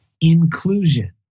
inclusion